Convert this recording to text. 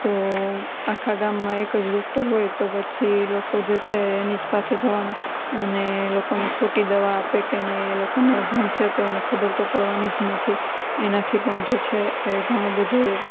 તો આખા ગામમાં એક જ ડૉક્ટર હોય તો પછી લોકો જે છે એની જ પાસે જવાનાં અને લોકોને ખોટી દવા આપે કે નહીં એ લોકોને અભણ છે તો એને ખબર તો પડવાની જ નથી એનાથી પણ જે છે એ ઘણુંબધું